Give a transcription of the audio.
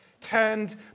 turned